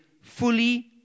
fully